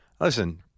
listen